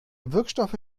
wirkstoffe